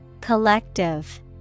Collective